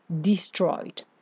destroyed